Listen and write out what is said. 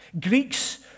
Greeks